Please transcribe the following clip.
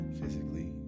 physically